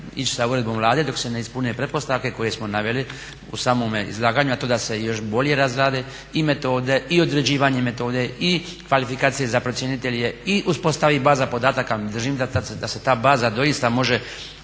ići sa uredbom Vlade dok se ne ispune pretpostavke koje smo naveli u samome izlaganju, a to je da se još bolje razrade i metode i određivanje metode i kvalifikacije za procjenitelje i uspostavi baza podataka. Držim da se ta baza doista može